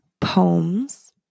poems